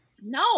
no